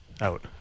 out